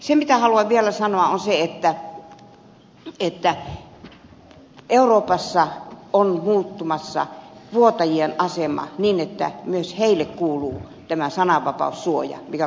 se mitä haluan vielä sanoa on se että euroopassa on muuttumassa vuotajien asema niin että myös heille kuuluu tämä sananvapaussuoja mikä kuuluu toimittajille